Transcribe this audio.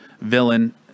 villain